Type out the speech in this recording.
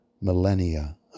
millennia